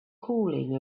cooling